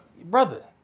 Brother